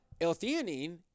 L-theanine